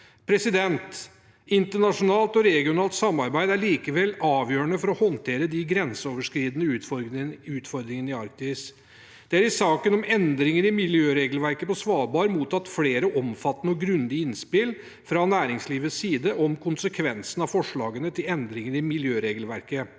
måte. Internasjonalt og regionalt samarbeid er likevel avgjørende for å håndtere de grenseoverskridende utford ringene i Arktis. Det er i saken om endringer i miljøregelverket på Svalbard mottatt flere omfattende og grundige innspill fra næringslivets side om konsekvensene av forslagene til endringer i miljøregelverket.